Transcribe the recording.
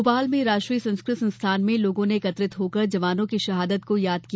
भोपाल में राष्ट्रीय संस्कृत संस्थान में लोगों ने एकत्रित होकर जवानों की शहादत को याद किया